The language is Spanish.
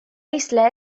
isla